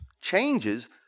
changes